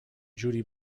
judy